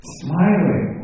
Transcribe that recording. smiling